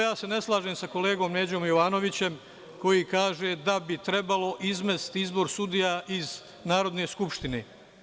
Ja se ne slažem sa kolegom Neđom Jovanovićem, koji kaže da bi trebalo izmestiti izbor sudija iz Narodne skupštine.